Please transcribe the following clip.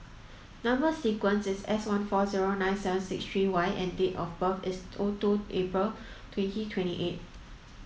number sequence is S one four zero nine seven six three Y and date of birth is O two April twenty twenty eight